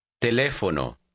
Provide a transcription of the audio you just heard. Teléfono